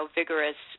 vigorous